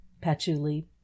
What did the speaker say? patchouli